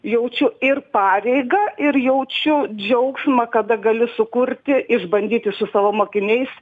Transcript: jaučiu ir pareigą ir jaučiu džiaugsmą kada gali sukurti išbandyti su savo mokiniais